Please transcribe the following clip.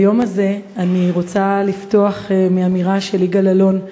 ביום הזה אני רוצה לפתוח באמירה של יגאל אלון,